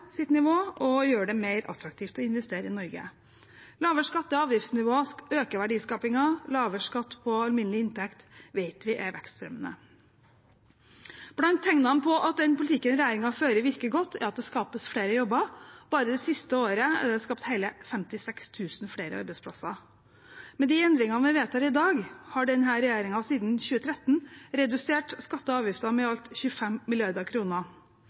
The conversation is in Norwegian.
nivå og gjøre det mer attraktivt å investere i Norge. Lavere skatte- og avgiftsnivå øker verdiskapingen, og lavere skatt på alminnelig inntekt vet vi er vekstfremmende. Blant tegnene på at den politikken regjeringen fører, virker godt, er at det skapes flere jobber. Bare det siste året er det skapt hele 56 000 flere arbeidsplasser. Med de endringene vi vedtar i dag, har denne regjeringen siden 2013 redusert skatter og avgifter med i alt 25